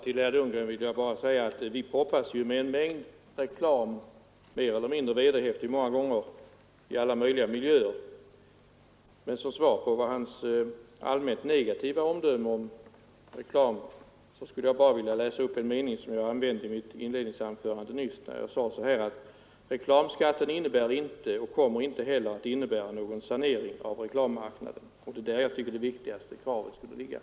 Herr talman! Vi brottas med en mängd reklam, mer eller mindre vederhäftig, i alla möjliga miljöer. Som svar på herr Lundgrens allmänt negativa omdöme om reklam vill jag läsa upp en mening som jag hade i mitt inledningsanförande: ”Reklamskatten innebär inte och kommer heller inte att innebära någon sanering av reklammarknaden.” Det är det kravet som jag tycker borde vara det viktigaste.